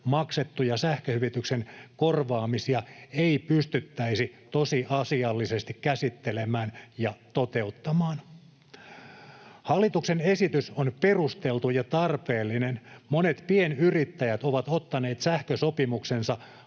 maksettuja sähköhyvityksen korvaamisia ei pystyttäisi tosiasiallisesti käsittelemään ja toteuttamaan. Hallituksen esitys on perusteltu ja tarpeellinen. Monet pienyrittäjät ovat ottaneet sähkösopimuksensa